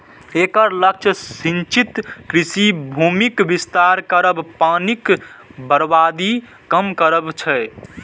एकर लक्ष्य सिंचित कृषि भूमिक विस्तार करब, पानिक बर्बादी कम करब छै